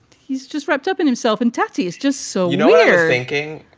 he's just wrapped up in himself and touches just so you know. you're thinking.